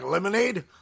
Lemonade